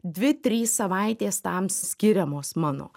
dvi trys savaitės tam skiriamos mano